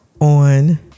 On